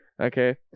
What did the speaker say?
okay